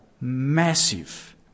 massive